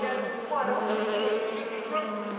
yeah mr swan, who's gonna be singing this? the juicy fruits?